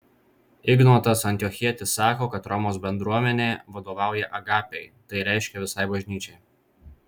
ignotas antiochietis sako kad romos bendruomenė vadovauja agapei tai reiškia visai bažnyčiai